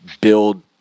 build